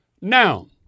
Now